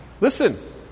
listen